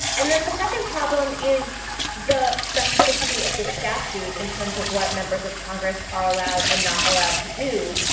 and then the second problem is the specificity of the statute in terms of what members of congress are allowed and not allowed to do.